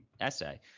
essay